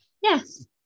Yes